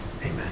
Amen